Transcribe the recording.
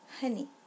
honey